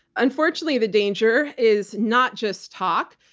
unfortunately, the danger is not just talk.